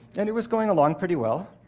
and it was going along pretty well.